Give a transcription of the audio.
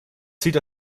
sieht